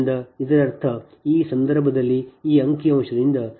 ಆದ್ದರಿಂದ ಇದರರ್ಥ ಈ ಸಂದರ್ಭದಲ್ಲಿ ಈ ಅಂಕಿ ಅಂಶದಿಂದ ನೀವು ಕೆವಿಎಲ್ ಅನ್ನು ಅನ್ವಯಿಸುತ್ತೀರಿ